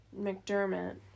McDermott